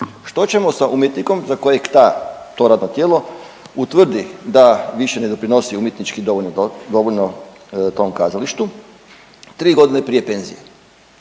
Što ćemo sa umjetnikom za kojeg ta to radno tijelo utvrdi da više ne doprinosi umjetnički dovoljno tom kazalištu tri godine prije penzije?